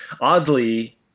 oddly